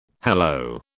Hello